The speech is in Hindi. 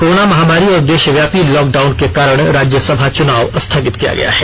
कोरोना महामारी और देषव्यापी लॉकडाउन के कारण राज्यसभा चुनाव स्थगित किया गया है